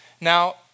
Now